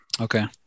okay